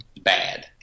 bad